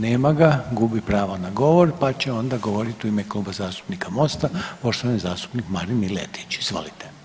Nema ga, gubi pravo na govor, pa će onda govorit u ime Kluba zastupnika Mosta poštovani zastupnik Marin Miletić, izvolite.